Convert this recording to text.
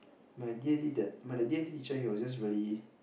my D-and-T the my the D-and-T teacher he was just really